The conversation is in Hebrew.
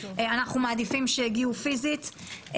אנחנו מעדיפים שיגיעו פיזית.